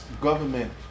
government